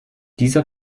dieser